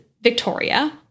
Victoria